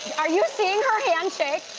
are you seeing her hand shake?